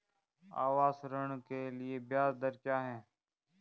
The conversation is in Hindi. आवास ऋण के लिए ब्याज दर क्या हैं?